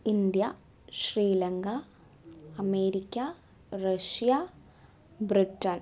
India Sri Lanka America Russia Britain